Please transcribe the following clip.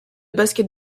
basket